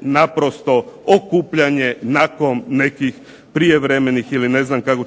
naprosto okupljanje nakon nekih prijevremenih ili ne znam kako